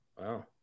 Wow